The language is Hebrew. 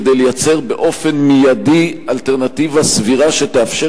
כדי לייצר באופן מיידי אלטרנטיבה סבירה שתאפשר